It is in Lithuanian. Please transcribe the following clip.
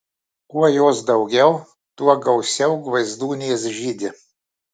kuo jos daugiau tuo gausiau gvaizdūnės žydi